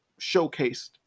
showcased